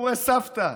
סיפורי סבתא.